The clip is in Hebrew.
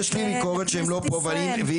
יש